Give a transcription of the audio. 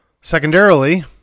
Secondarily